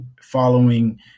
following